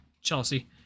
Chelsea